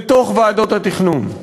בוועדות התכנון.